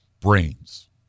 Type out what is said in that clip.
brains